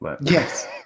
Yes